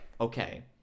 okay